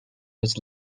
was